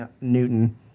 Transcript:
Newton